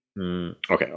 Okay